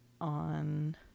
on